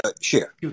share